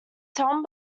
tom